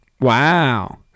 Wow